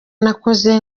nakoze